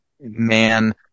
man